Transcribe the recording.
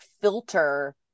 filter